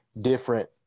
different